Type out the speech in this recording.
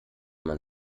man